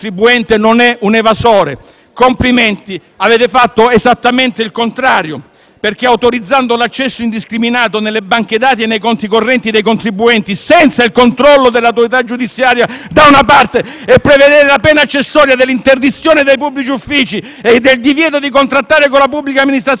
Complimenti, avete fatto esattamente il contrario: autorizzare l'accesso indiscriminato alle banche dati e ai conti correnti dei contribuenti, senza il controllo dell'autorità giudiziaria, e prevedere la pena accessoria dell'interdizione dai pubblici uffici e il divieto di contrattare con la pubblica amministrazione, anche in caso di sospensione